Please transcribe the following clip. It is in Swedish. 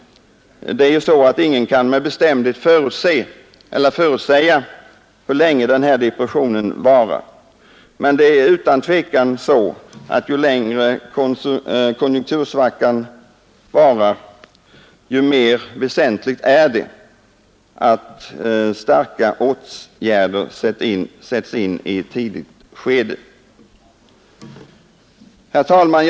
Ingen kan med bestämdhet förutse hur länge denna lågkonjunktur kommer att vara. Men det är utan tvekan så att ju längre konjunktursvackan varar ju väsentligare är det att starka åtgärder sätts in på ett tidigt stadium. Herr talman!